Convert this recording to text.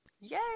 Yay